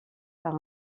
par